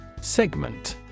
Segment